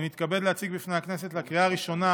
אני מתכבד להציג בפני הכנסת לקריאה הראשונה